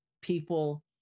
people